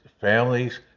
families